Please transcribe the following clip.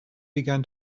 began